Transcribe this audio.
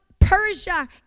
Persia